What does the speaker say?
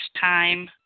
time